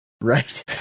Right